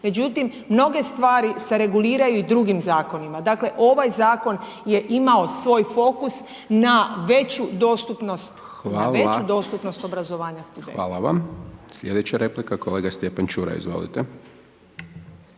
Međutim, mnoge stvari se reguliraju i drugim zakonima. Dakle, ovaj zakon je imao svoj fokus na veću dostupnost obrazovanja studenta. **Hajdaš Dončić, Siniša (SDP)** Hvala vam. Sljedeća replika kolega Stjepan Čuraj. Izvolite.